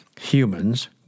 humans